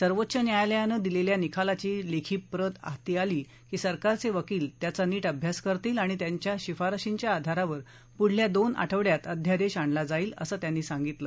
सर्वोच्च न्यायालयानं दिलेल्या निकालाची लेखी प्रत हाती आली की सरकारचे वकील त्याचा नीट अभ्यास करतील आणि त्यांच्या शिफारशींच्या आधारावर पुढल्या दोन आठवड्यात अध्यादेश आणला जाईल असं त्यांनी सांगितलं